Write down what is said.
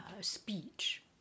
speech